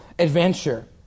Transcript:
adventure